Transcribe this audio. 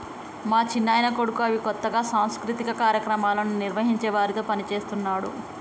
మా చిన్నాయన కొడుకు అవి కొత్తగా సాంస్కృతిక కార్యక్రమాలను నిర్వహించే వారితో పనిచేస్తున్నాడు